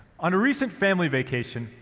on a recent family vacation,